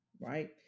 right